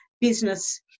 business